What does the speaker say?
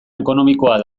ekonomikoa